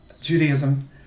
Judaism